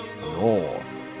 North